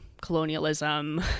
colonialism